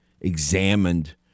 examined